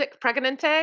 Pregnant